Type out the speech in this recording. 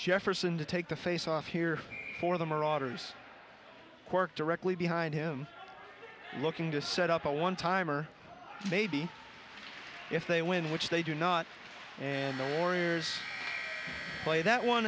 jefferson to take the face off here for the marauders work directly behind him looking to set up a one timer maybe if they win which they do not and the warriors play that one